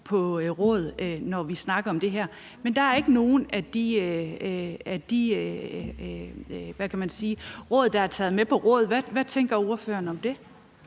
på råd, når vi snakker om det her. Men der er ikke nogen af de råd, der er blevet taget med på råd – hvad tænker ordføreren om det?